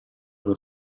per